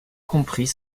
compris